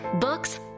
books